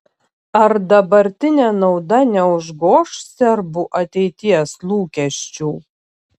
ar dabartinė nauda neužgoš serbų ateities lūkesčių